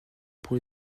pour